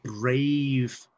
brave